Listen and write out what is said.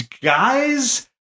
guys